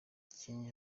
kenya